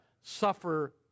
suffer